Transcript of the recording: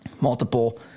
Multiple